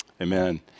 Amen